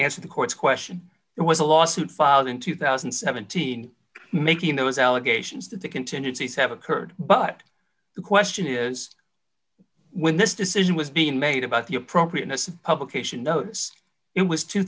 answer the court's question there was a lawsuit filed in two thousand and seventeen making those allegations that the contingencies have occurred but the question is when this decision was being made about the appropriateness of publication notice it was tw